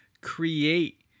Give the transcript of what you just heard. create